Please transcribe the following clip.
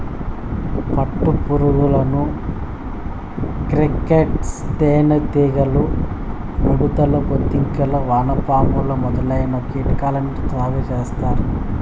పట్టు పురుగులు, క్రికేట్స్, తేనె టీగలు, మిడుతలు, బొద్దింకలు, వానపాములు మొదలైన కీటకాలను సాగు చేత్తారు